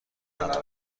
ندارم